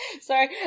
sorry